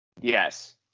Yes